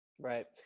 Right